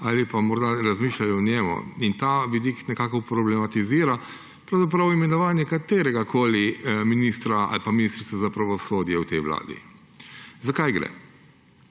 ali pa morda razmišljajo o njem. In ta vidik nekako problematizira pravzaprav imenovanje katerega koli ministra ali pa ministrice za pravosodje v tej vladi. Za kaj gre?